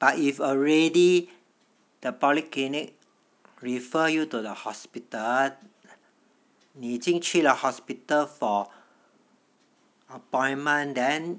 but if already the polyclinic refer you to the hospital 你已经去了 hospital for appointment then